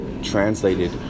Translated